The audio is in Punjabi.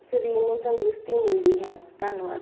ਸਰੀਰ ਨੂੰ ਤੰਦਰੁਸਤੀ ਮਿਲਦੀ ਹੈ ਧੰਨਵਾਦ